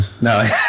No